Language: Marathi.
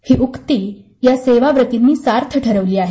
हीउक्ती या सेवाव्रतींनी सार्थ ठरवली आहे